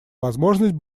возможность